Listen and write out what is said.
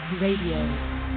Radio